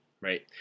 right